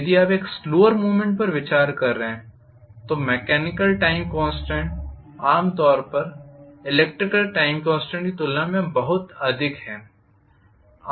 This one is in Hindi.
यदि आप एक स्लोवर मूव्मेंट पर विचार कर रहे हैं तो मेकॅनिकल टाइम कॉन्स्टेंट आम तौर पर इलेक्ट्रिकल टाइम कॉन्स्टेंट की तुलना में बहुत अधिक है